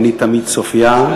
/ עיני תמיד צופייה,